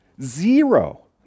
zero